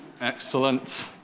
Excellent